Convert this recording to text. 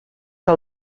que